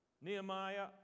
Nehemiah